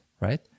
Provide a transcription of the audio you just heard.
right